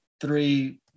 three